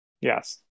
Yes